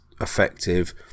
effective